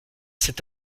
cet